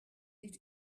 niet